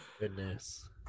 goodness